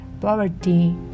poverty